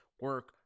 Work